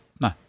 No